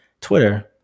Twitter